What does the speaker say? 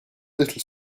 little